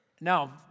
Now